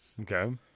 Okay